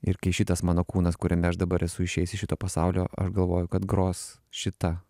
ir kai šitas mano kūnas kuriame aš dabar esu išeis iš šito pasaulio aš galvoju kad gros šita